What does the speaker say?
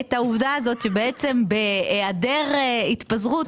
את העובדה הזאת שבהיעדר התפזרות,